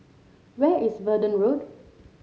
where is Verdun Road